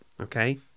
okay